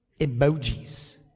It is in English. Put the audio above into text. emojis